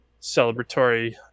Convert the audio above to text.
celebratory